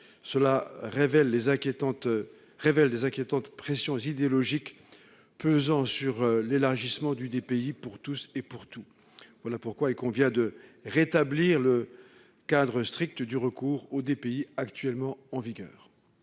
Cela révèle les inquiétantes pressions idéologiques pesant sur l'élargissement du DPI pour tous et pour tout. Voilà pourquoi il convient de rétablir le cadre strict du recours au DPI actuellement en vigueur.